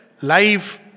life